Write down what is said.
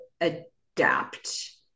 adapt